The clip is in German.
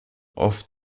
oft